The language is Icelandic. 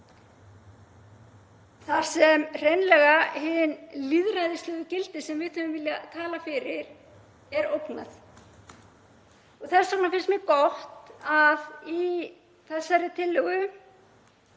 þar sem hreinlega hinum lýðræðislegu gildum sem við höfum viljað tala fyrir er ógnað. Þess vegna finnst mér gott að í þessari tillögu